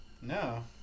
No